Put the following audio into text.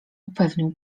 upewnił